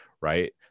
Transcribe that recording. right